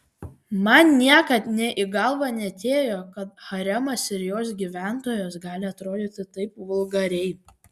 man niekad nė į galvą neatėjo kad haremas ir jos gyventojos gali atrodyti taip vulgariai